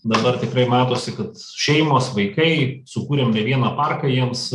dabar tikrai matosi kad šeimos vaikai sukūrėm ne vieną parką jiems